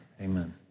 amen